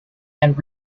and